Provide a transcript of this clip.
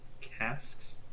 Casks